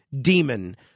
demon